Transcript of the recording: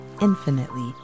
infinitely